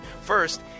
First